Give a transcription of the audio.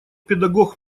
педагог